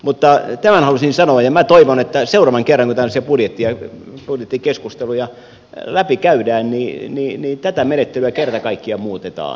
mutta tämän halusin sanoa ja minä toivon että seuraavan kerran kun tällaisia budjettikeskusteluja läpikäydään tätä menettelyä kerta kaikkiaan muutetaan